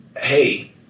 hey